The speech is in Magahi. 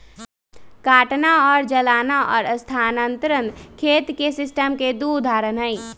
काटना और जलाना और स्थानांतरण खेत इस सिस्टम के दु उदाहरण हई